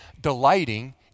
delighting